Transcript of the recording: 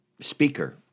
speaker